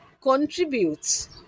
contributes